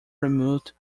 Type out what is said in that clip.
removed